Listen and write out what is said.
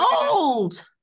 old